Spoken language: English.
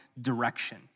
direction